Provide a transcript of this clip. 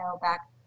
back